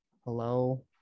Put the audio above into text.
Hello